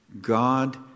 God